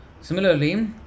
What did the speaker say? Similarly